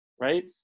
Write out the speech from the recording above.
right